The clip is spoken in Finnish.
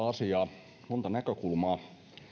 asiaa monta näkökulmaa